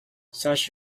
such